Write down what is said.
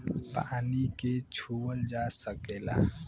पानी के छूअल जा सकेला